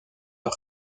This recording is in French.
par